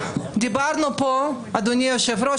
אדוני היושב-ראש,